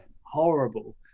horrible